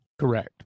Correct